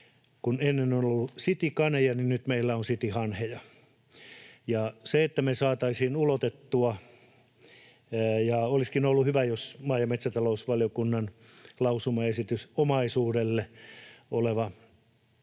kun ennen on ollut citykaneja, niin nyt meillä on cityhanhia. Olisikin ollut hyvä, jos maa- ja metsätalousvaliokunnan lausumaesitys omaisuudelle olevasta